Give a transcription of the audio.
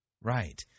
Right